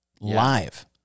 live